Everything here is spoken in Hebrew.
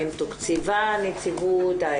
האם תוקצבה הנציבות?